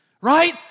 Right